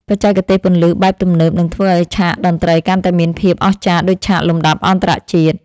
បច្ចេកទេសពន្លឺបែបទំនើបនឹងធ្វើឱ្យឆាកតន្ត្រីកាន់តែមានភាពអស្ចារ្យដូចឆាកលំដាប់អន្តរជាតិ។